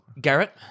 Garrett